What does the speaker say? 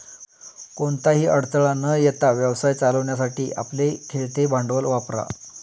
कोणताही अडथळा न येता व्यवसाय चालवण्यासाठी आपले खेळते भांडवल वापरा